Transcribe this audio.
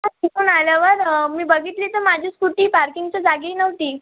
तर तिथून आल्यावर मी बघितली तर माझी स्कूटी पार्किंगच्या जागी नव्हती